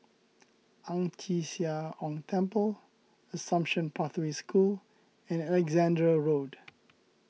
Ang Chee Sia Ong Temple Assumption Pathway School and Alexandra Road